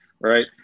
Right